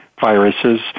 viruses